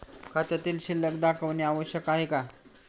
खात्यातील शिल्लक दाखवणे आवश्यक आहे का?